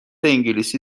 انگلیسی